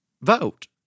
vote